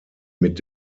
mit